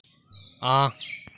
हां